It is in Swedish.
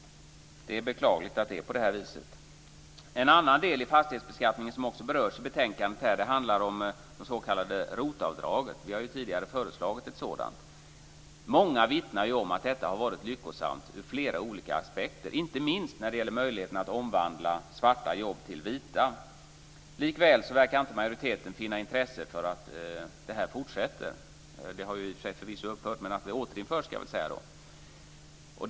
Det är beklagligt att det är på det här viset. En annan del i fastighetsbeskattningen som också berörs i betänkandet handlar om det s.k. ROT avdraget. Vi har ju tidigare föreslagit ett sådant. Många vittnar om att det har varit lyckosamt ur flera olika aspekter - inte minst när det gäller möjligheten att omvandla svarta jobb till vita. Likväl verkar inte majoriteten finna intresse för att det ska fortsätta - förvisso har det upphört, så jag ska väl i stället säga att det återinförs.